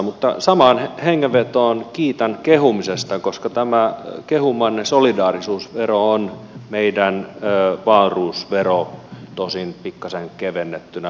mutta samaan hengenvetoon kiitän kehumisesta koska tämä kehumanne solidaarisuusvero on meidän wahlroos vero tosin pikkasen kevennettynä versiona